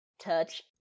touch